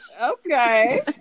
Okay